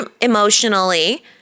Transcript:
emotionally